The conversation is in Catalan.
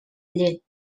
llet